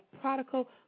Prodigal